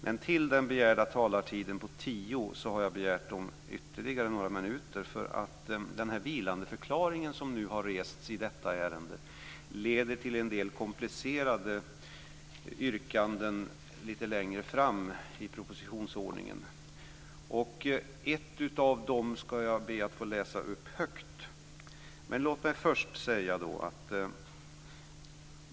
Men till den begärda talartiden på 10 minuter har jag begärt ytterligare några minuter eftersom vilandeförklaringen som nu har rests i detta ärende leder till en del komplicerade yrkanden lite längre fram i propositionsordningen. Ett av dem ska jag få be att läsa upp högt.